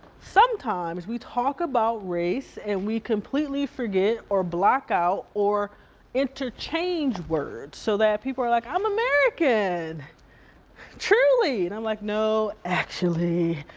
sometimes we talk about race and we completely forget, or black out or interchange words so that people are like, i'm american truly. and i'm like no actually,